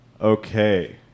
Okay